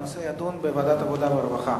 הנושא יידון בוועדת העבודה והרווחה.